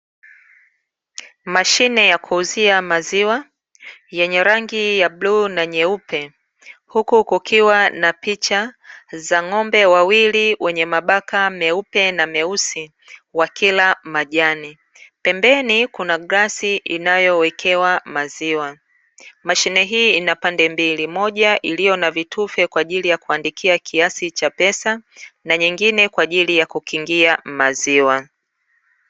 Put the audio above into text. Mashine ya kuuzia maziwa yenye rangi ya bluu na nyeupe, huku kukiwa na picha za ng'ombe wawili wenye mabaka meupe na meusi wakila majani. Pembeni kuna glasi inayowekewa maziwa. Mashine hii ina pande mbili, moja ikiwa na vitufe kwa ajili ya kuandikia kiasi cha pesa na nyingine kwa ajili ya kukingia maziwa.